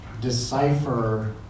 decipher